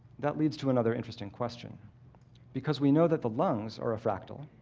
that leads to another interesting question because we know that the lungs are a fractal.